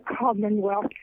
Commonwealth